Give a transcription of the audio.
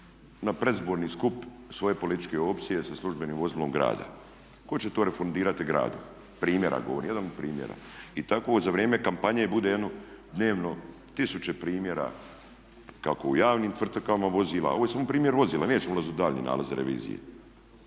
na predizborni skup svoje političke opcije sa službenim vozilom grada. Tko će to refundirati gradu? Primjer vam govorim, jedan od primjera. I tako za vrijeme kampanje bude jedno dnevno tisuće primjera kako u javnim tvrtkama vozila, ovo je samo primjer vozila, nećemo ulaziti u daljnje nalaze revizije.